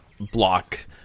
Block